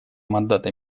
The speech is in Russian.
мандата